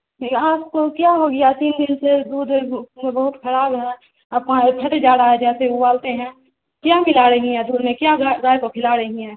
یہ آپ کو کیا ہو گیا تین دن سے دودھ بہت خراب ہے اور پھٹ جا رہا ہے جیسے ابالتے ہیں کیا ملا رہی ہیں دودھ میں کیا گائے کو کھلا رہی ہیں